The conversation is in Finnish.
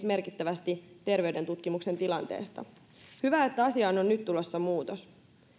merkittävästi terveyden tutkimuksen tilanteesta hyvä että asiaan on nyt tulossa muutos